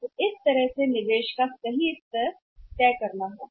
तो इस तरह से निवेश का सही स्तर तय करना होगा